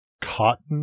cotton